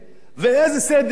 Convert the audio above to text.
ואיזה סדר-יום,